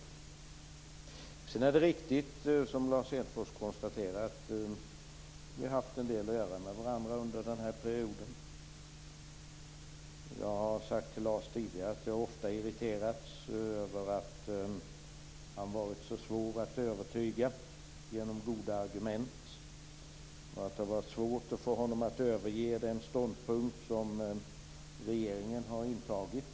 Det är riktigt som Lars Hedfors säger att vi har haft en del att göra med varandra under den här perioden. Jag har tidigare sagt till Lars att jag ofta har irriterats av att han har varit så svår att övertyga genom goda argument. Det har varit svårt att få honom att överge den ståndpunkt som regeringen har intagit.